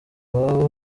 baba